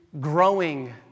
growing